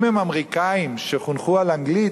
אם הם אמריקנים שחונכו על אנגלית,